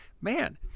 Man